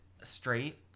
straight